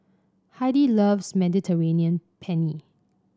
Heidi loves Mediterranean Penne